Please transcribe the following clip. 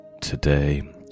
today